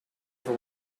for